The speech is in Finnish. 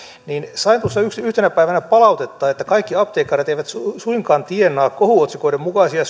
niin sain tuossa yhtenä päivänä palautetta että kaikki apteekkarit eivät suinkaan tienaa näitä kohuotsikoiden mukaisia